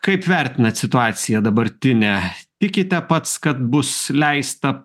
kaip vertinat situaciją dabartinę tikite pats kad bus leista